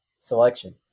selection